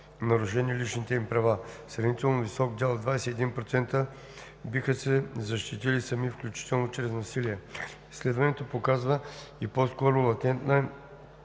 нарушени личните им права. Сравнително висок дял – 21%, биха се защитили сами, включително чрез насилие. Изследването показва и по-скоро латентна